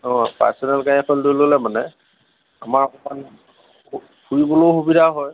personal গাড়ী এখন লৈ ল'লে মানে আমাৰ অকণ ফুৰিবলৈও সুবিধা হয়